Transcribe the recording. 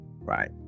right